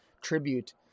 tribute